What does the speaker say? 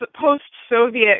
post-Soviet